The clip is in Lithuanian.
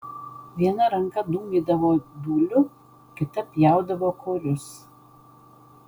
viena ranka dūmydavo dūliu kita pjaudavo korius